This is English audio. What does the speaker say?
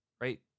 right